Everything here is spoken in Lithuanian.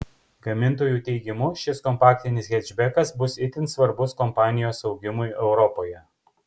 gamintojų teigimu šis kompaktinis hečbekas bus itin svarbus kompanijos augimui europoje